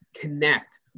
connect